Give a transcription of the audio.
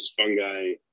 fungi